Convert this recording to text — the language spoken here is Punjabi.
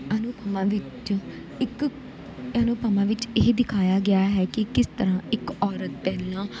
ਅਨੁਪਮਾ ਵਿੱਚ ਇੱਕ ਅਨੁਪਮਾ ਵਿੱਚ ਇਹ ਦਿਖਾਇਆ ਗਿਆ ਹੈ ਕਿ ਕਿਸ ਤਰ੍ਹਾਂ ਇੱਕ ਔਰਤ ਪਹਿਲਾਂ